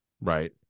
Right